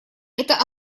это